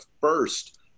first